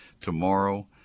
tomorrow